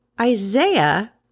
Isaiah